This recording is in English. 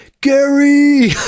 Gary